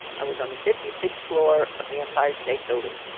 i was on the fifty sixth floor of the empire state building.